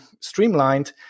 streamlined